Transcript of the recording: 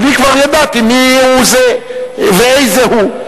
אני כבר ידעתי מי הוא זה ואיזה הוא.